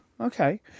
Okay